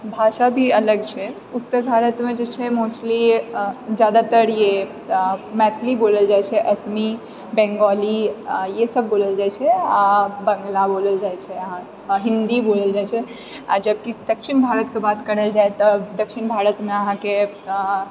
भाषा भी अलग छै उत्तर भारतमे जे छै मोस्टली अऽ ज्यादातर ई अऽ मैथिली बोलल जाइ छै असमी बेङ्गौली अऽ ई सभ बोलल जाइ छै आ बङ्गला बोलल जाइ छै हिन्दी बोलल जाइ छै आ जबकि दक्षिण भारतके बात करल जाइ तऽ दक्षिण भारतमे अहाँके अऽ